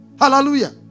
Hallelujah